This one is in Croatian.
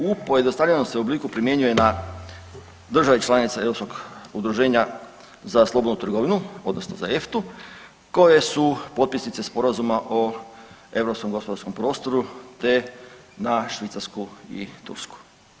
U pojednostavljenom se obliku primjenjuje na države članice europskog udruženja za slobodnu trgovinu, odnosno za EFTA-u koje su potpisnice Sporazuma o europskom gospodarskom prostoru te na Švicarsku i Tursku.